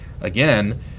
again